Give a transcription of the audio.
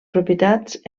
propietats